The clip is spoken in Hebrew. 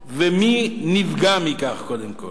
מי נפגע מכך קודם כול?